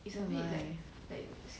oh my